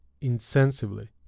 insensibly